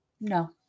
No